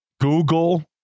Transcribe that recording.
Google